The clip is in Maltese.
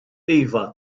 iva